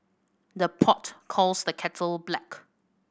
the pot calls the kettle black